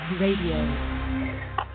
Radio